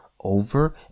over